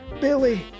Billy